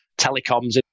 telecoms